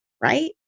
right